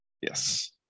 Yes